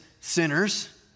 sinners